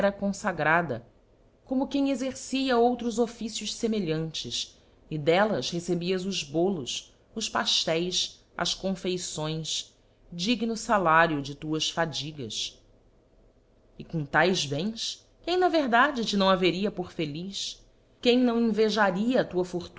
confagrada como quem exercia outros officios semelhantes e dellas recebia os bolos os pafteis as confeições digno falario de tuas fadigas e com taes bens quem nsf verdade te não haveria por feliz quem não invejaria a tua